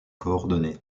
coordonnées